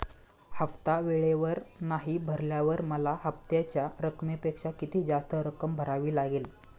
हफ्ता वेळेवर नाही भरल्यावर मला हप्त्याच्या रकमेपेक्षा किती जास्त रक्कम भरावी लागेल?